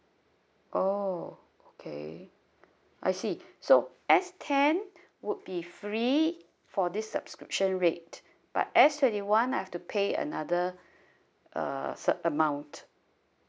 oh okay I see so S ten would be free for this subscription rate but S twenty one I have to pay another uh cert~ amount